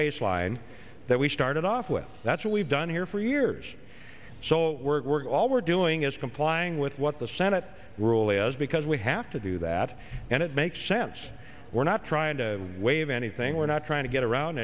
baseline that we started off with that's what we've done here for years so work work all we're doing is complying with what the senate rule is because we have to do that and it makes sense we're not trying to waive anything we're not trying to get around